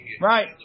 Right